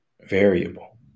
variable